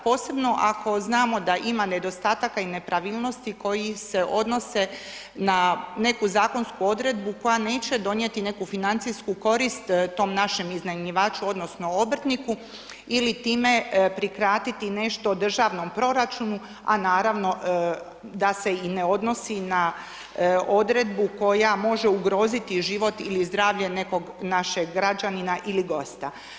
Posebno ako znamo da ima nedostataka i nepravilnosti koji se odnose na neku zakonsku odredbu koja neće donijeti neku financijsku korist tom našem iznajmljivaču odnosno obrtniku ili time prikratiti nešto državnom proračunu a naravno da se i ne odnosi na odredbu koja može ugroziti život ili zdravlje nekog našeg građanina ili gosta.